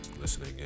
listening